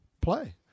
play